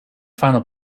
final